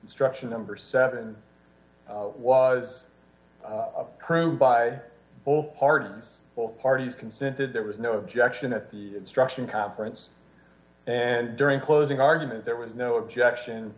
instruction number seven was approved by both parties both parties consented there was no objection at the instruction conference and during closing argument there was no objection